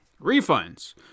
Refunds